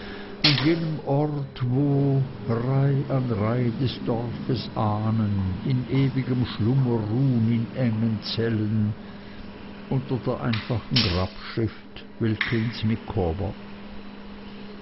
an jenem ort wo reih an reih des dorfes ahnen in ewgem schlummer ruhn in engen zellen unter der einfachen grabschrift wilkins